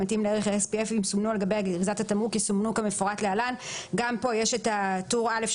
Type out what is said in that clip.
שאינו תמרוק הגנה ראשוני,